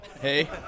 Hey